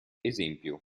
esempio